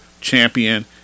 champion